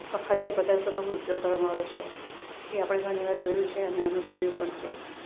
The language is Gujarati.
અખાદ્ય પદાર્થોનો ઉપયોગ કરવામાં આવે છે એ આપણે ઘણી વાર જોયું છે અને અનુભવ્યું પણ છે